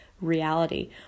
reality